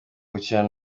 gukinana